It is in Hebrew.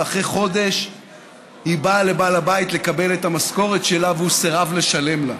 אחרי חודש היא באה לבעל הבית לקבל את המשכורת שלה והוא סירב לשלם לה.